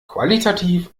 qualitativ